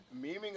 memeing